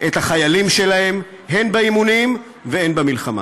את החיילים שלהם, הן באימונים והן במלחמה.